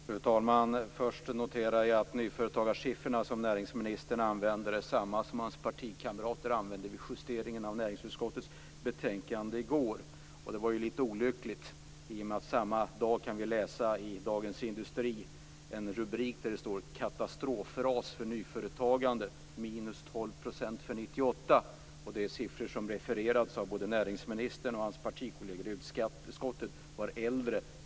Fru talman! Först noterar jag att nyföretagarsiffrorna som näringsministern använder är desamma som hans partikamrater använde vid justeringen av näringsutskottets betänkande i går. Det var ju litet olyckligt i och med att vi samma dag i Dagens Industri under rubriken Katastrofras i nyföretagande kunde läsa att nyföretagandet minskade med 12 % under 1998. De siffror som har refererats av både näringsministern och hans partikolleger i utskottet var äldre.